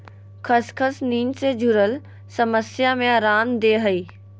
खसखस नींद से जुरल समस्या में अराम देय हइ